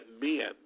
men